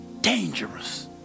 dangerous